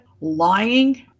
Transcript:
lying